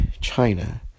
China